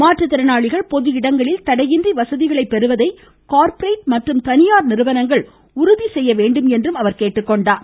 மாற்றுத்திறனாளிகள் பொது இடங்களில் தடையின்றி வசதிகளை பெறுவதை கார்ப்பரேட் மற்றும் தனியார் நிறுவனங்கள் உறுதி செய்ய வேண்டும் என்றார்